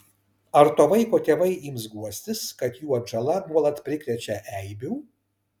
ar to vaiko tėvai ims guostis kad jų atžala nuolat prikrečia eibių